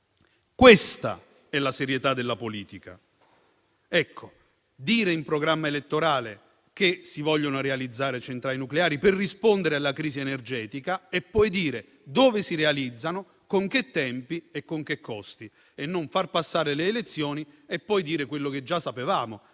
Questa è la serietà della politica: dire nel programma elettorale che si vogliono realizzare centrali nucleari per rispondere alla crisi energetica e dire poi dove si realizzeranno, con quali tempi e con quali costi e non, invece, far passare le elezioni e dichiarare quello che già sapevamo,